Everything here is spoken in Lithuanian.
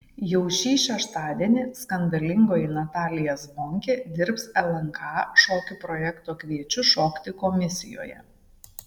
jau šį šeštadienį skandalingoji natalija zvonkė dirbs lnk šokių projekto kviečiu šokti komisijoje